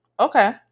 Okay